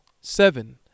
Seven